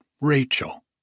Rachel